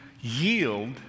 yield